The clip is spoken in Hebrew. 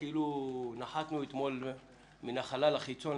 כאילו נחתנו אתמול מהחלל החיצון,